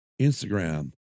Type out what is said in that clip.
Instagram